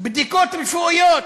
בדיקות רפואיות.